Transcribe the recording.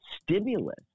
stimulus